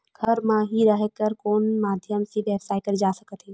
घर म हि रह कर कोन माध्यम से व्यवसाय करे जा सकत हे?